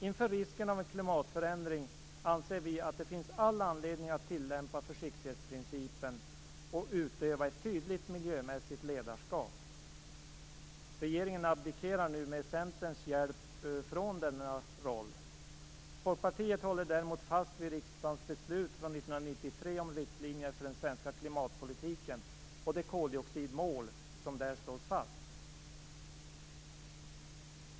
Inför riskerna av en klimatförändring anser vi att det finns all anledning att tillämpa försiktighetsprincipen och utöva ett tydligt miljömässigt ledarskap. Regeringen abdikerar nu med Centerns hjälp från denna roll. Folkpartiet håller däremot fast vid riksdagens beslut från 1993 om riktlinjer för den svenska klimatpolitiken och det koldioxidmål som där slås fast.